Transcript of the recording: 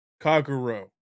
kaguro